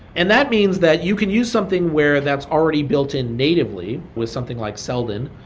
and that means that you can use something where that's already built in natively with something like seldon,